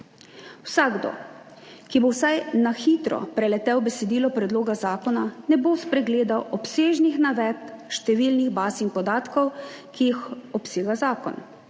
Vsakdo, ki bo vsaj na hitro preletel besedilo predloga zakona, ne bo spregledal obsežnih navedb številnih baz in podatkov, ki jih obsega zakon.